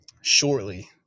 shortly